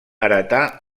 heretà